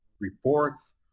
reports